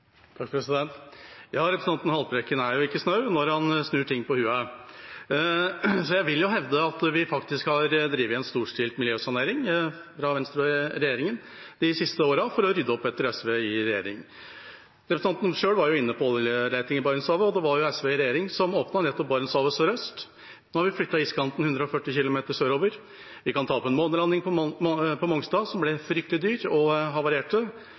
Representanten Haltbrekken er ikke snau når han snur ting på hodet. Jeg vil hevde at vi faktisk har drevet en storstilt miljøsanering fra Venstre i regjering de siste årene, for å rydde opp etter SV i regjering. Representanten var selv inne på oljeleting i Barentshavet, og det var jo SV i regjering som åpnet Barentshavet sørøst. Nå har vi flyttet iskanten 140 km sørover. Vi kan ta opp en månelanding på Mongstad som ble fryktelig dyr og havarerte